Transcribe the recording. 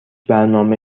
برنامه